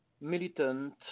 militant